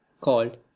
called